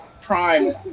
Prime